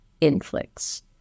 inflicts